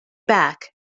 back